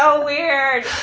ah weird!